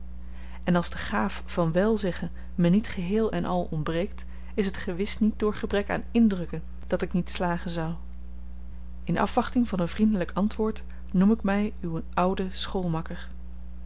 en als de gaaf van wèl zeggen me niet geheel-en-al ontbreekt is het gewis niet door gebrek aan indrukken dat ik niet slagen zou in afwachting van een vriendelyk antwoord noem ik my uw ouden schoolmakker